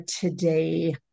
today